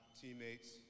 teammates